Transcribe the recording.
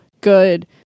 good